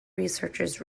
researchers